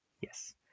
Yes